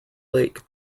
lake